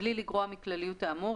בלי לגרוע מכלליות האמור,